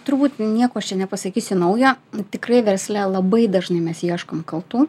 turbūt nieko aš čia nepasakysiu naujo tikrai versle labai dažnai mes ieškom kaltų